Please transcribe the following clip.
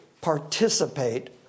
participate